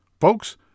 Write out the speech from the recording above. Folks